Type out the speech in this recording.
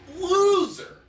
loser